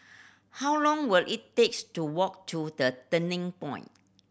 how long will it takes to walk to The Turning Point